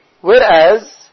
Whereas